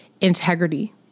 integrity